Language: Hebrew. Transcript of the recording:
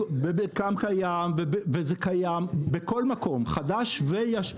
במרקם קיים, וזה קיים בכל מקום, חדש וישן.